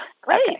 great